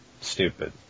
Stupid